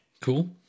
Cool